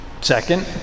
Second